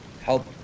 help